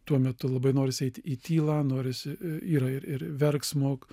tuo metu labai norisi eiti į tylą norisi yra ir ir verksmo